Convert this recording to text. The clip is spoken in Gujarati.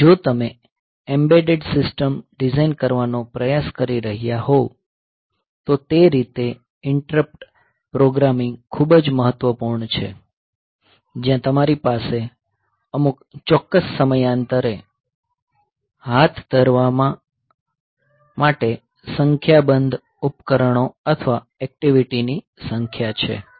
જો તમે એમ્બેડેડ સિસ્ટમ ડિઝાઇન કરવાનો પ્રયાસ કરી રહ્યાં હોવ તો તે રીતે ઇન્ટરપ્ટ પ્રોગ્રામિંગ ખૂબ જ મહત્વપૂર્ણ છે જ્યાં તમારી પાસે અમુક ચોક્કસ સમયાંતરે હાથ ધરવા માટે સંખ્યાબંધ ઉપકરણો અથવા એક્ટીવીટી ની સંખ્યા છે